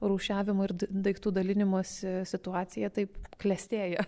rūšiavimo ir d daiktų dalinimosi situacija taip klestėja